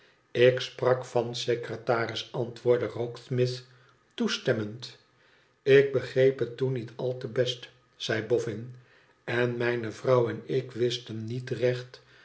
ik sprak van secretaris antwoordde rokesmith toestemmend ik begreep het toen niet al te best zei boffin ien mijne vrouw en ik wisten niet recht